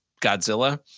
godzilla